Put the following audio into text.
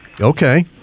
Okay